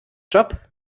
job